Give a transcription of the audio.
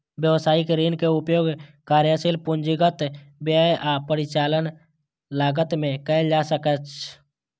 व्यवसायिक ऋण के उपयोग कार्यशील पूंजीगत व्यय आ परिचालन लागत मे कैल जा सकैछ